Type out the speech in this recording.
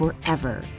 forever